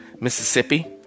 Mississippi